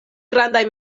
grandaj